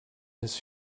his